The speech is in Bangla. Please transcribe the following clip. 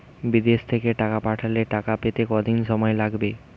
বিদেশ থেকে টাকা পাঠালে টাকা পেতে কদিন সময় লাগবে?